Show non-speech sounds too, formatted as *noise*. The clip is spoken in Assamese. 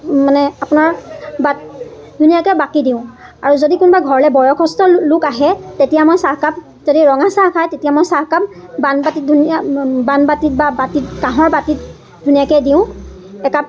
মানে আপোনাৰ বাট ধুনীয়াকৈ বাকি দিওঁ আৰু যদি কোনোবা ঘৰলৈ বয়সস্থ লোক আহে তেতিয়া মই চাহকাপ যদি ৰঙা চাহ খায় তেতিয়া মই চাহকাপ বান বাটিত *unintelligible* বান বাটিত বা বাাটিত কাঁহৰ বাটিত ধুনীয়াকৈ দিওঁ একাপ